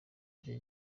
iki